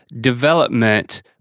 development